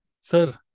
Sir